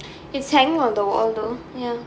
it's hanging on the wall though ya